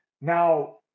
Now